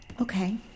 Okay